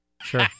Sure